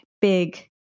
big